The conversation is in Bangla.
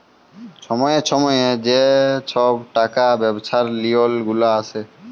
ছময়ে ছময়ে যে ছব টাকা ব্যবছার লিওল গুলা আসে